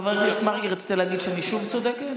חבר הכנסת מרגי, רצית להגיד שאני שוב צודקת?